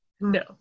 no